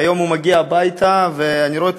והיום הוא מגיע הביתה ואני רואה אותו,